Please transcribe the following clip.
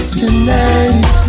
tonight